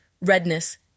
redness